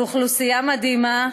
לאוכלוסייה מדהימה,